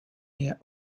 near